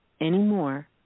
anymore